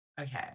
Okay